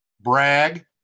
brag